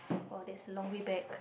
!wow! that's a long way back